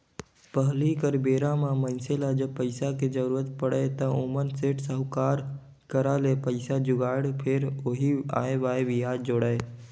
पहिली कर बेरा म मइनसे ल जब पइसा के जरुरत पड़य त ओमन सेठ, साहूकार करा ले पइसा जुगाड़य, फेर ओही आंए बांए बियाज जोड़य